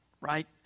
right